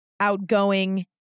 outgoing